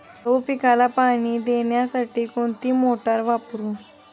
गहू पिकाला पाणी देण्यासाठी कोणती मोटार वापरू?